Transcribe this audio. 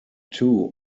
two